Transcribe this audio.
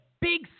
big